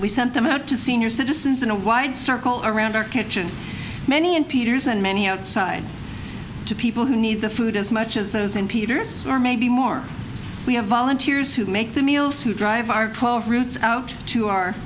we sent them out to senior citizens in a wide circle around our kitchen many in peter's and many outside to people who need the food as much as those in peter's who are maybe more we have volunteers who make the meals who drive our twelve routes out to our